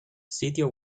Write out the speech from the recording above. sitio